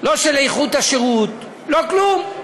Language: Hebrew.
לא של איכות השירות, לא כלום.